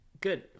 Good